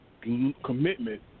commitment